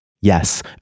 yes